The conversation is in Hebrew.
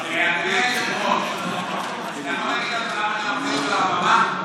אדוני היושב-ראש, אתה יכול להגיד לנו למה,